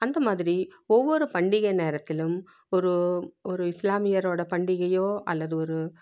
அந்த மாதிரி ஒவ்வொரு பண்டிகை நேரத்திலும் ஒரு ஒரு இஸ்லாமியரோடய பண்டிகையோ அல்லது ஒரு